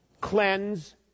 cleanse